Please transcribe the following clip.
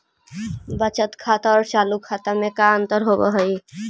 बचत खाता और चालु खाता में का अंतर होव हइ?